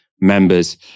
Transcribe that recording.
members